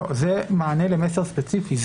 זה מענה למסר ספציפי.